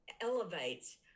elevates